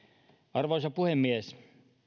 arvoisa puhemies